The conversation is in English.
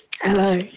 Hello